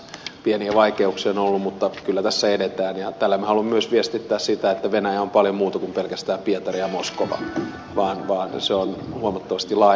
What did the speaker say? pieniä vaikeuksia on ollut mutta kyllä tässä edetään ja tällä me haluamme myös viestittää sitä että venäjä on paljon muuta kuin pelkästään pietari ja moskova se on huomattavasti laajempi